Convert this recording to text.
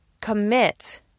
Commit